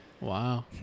Wow